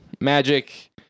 magic